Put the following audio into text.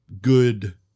good